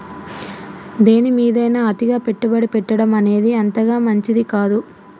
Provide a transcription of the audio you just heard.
దేనిమీదైనా అతిగా పెట్టుబడి పెట్టడమనేది అంతగా మంచిది కాదు